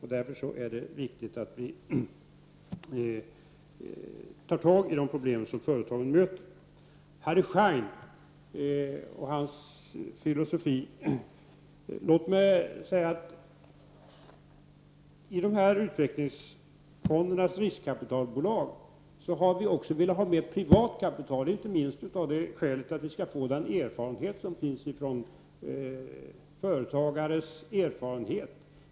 Därför är det mycket viktigt att vi tar tag i de problem som företagen möter. När det gäller Harry Schein och hans filosofi vill jag säga att i de här utvecklingsfondernas riskkapitalbolag har vi också velat få med privat kapital, inte minst för att vi skall få del av företagares erfarenhet.